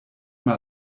mal